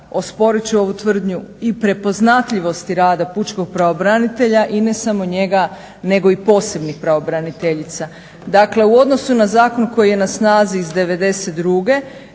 Osporit ću ovu tvrdnju i prepoznatljivosti rada pučkog pravobranitelja i ne samo njega nego i posebnih pravobraniteljica. Dakle, u odnosu na zakon koji je na snazi iz '92.